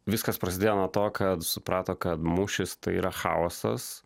viskas prasidėjo nuo to kad suprato kad mūšis tai yra chaosas